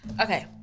Okay